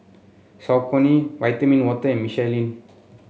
Saucony Vitamin Water and Michelin